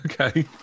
Okay